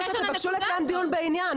אז תבקשו לקיים דיון בעניין.